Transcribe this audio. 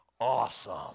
Awesome